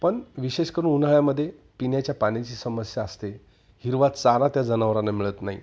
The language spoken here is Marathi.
पण विशेष करून उन्हाळ्यामध्ये पिण्याच्या पाण्याची समस्या असते हिरवा चारा त्या जनावरांना मिळत नाही